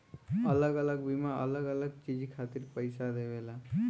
अलग अलग बीमा अलग अलग चीज खातिर पईसा देवेला